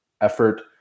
effort